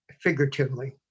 figuratively